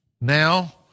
now